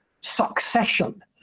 succession